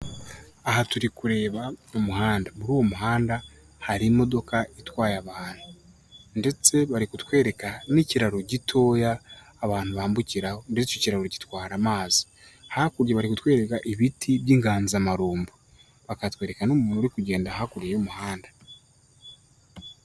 Aha turi kureba umuhanda, muri uwo muhanda hari imodoka itwaye abantu ndetse bari kutwereka n'ikiraro gitoya abantu bambukira ndetse icyo kiraro gitwara amazi. Hakurya bari gutwereka ibiti by'inganzamarumbo, bakatwereka n'umuntu uri kugenda hakurya y'umuhanda.